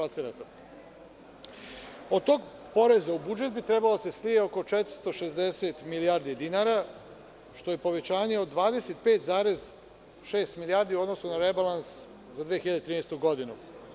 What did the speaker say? Od tog poreza u budžet bi trebalo da se slije oko 460 milijardi dinara, što je povećanje od 25,6 milijardi u odnosu na rebalans za 2013. godinu.